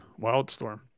Wildstorm